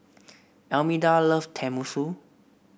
Almeda love Tenmusu